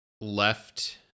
left